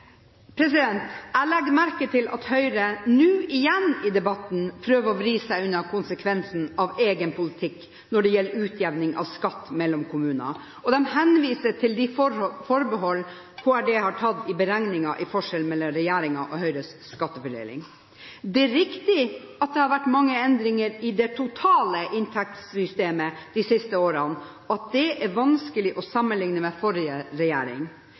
skatteutjevningen. Jeg legger merke til at Høyre i debatten nå igjen prøver å vri seg unna konsekvensen av egen politikk med hensyn til utjevning av skatt mellom kommuner. De henviser til de forbehold KRD har tatt i beregningen når det gjelder forskjellen mellom regjeringens og Høyres skattefordeling. Det er riktig at det har vært mange endringer i det totale inntektssystemet de siste årene, og at det er vanskelig å sammenligne med forrige regjering.